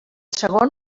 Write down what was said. segon